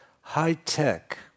high-tech